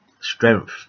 strength